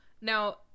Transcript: now